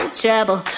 trouble